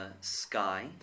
Sky